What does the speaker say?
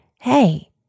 hey